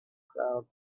crowd